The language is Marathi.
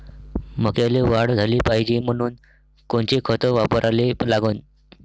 मक्याले वाढ झाली पाहिजे म्हनून कोनचे खतं वापराले लागन?